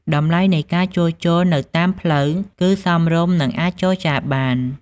តម្លៃនៃការជួសជុលនៅតាមផ្លូវគឺសមរម្យនិងអាចចរចាបាន។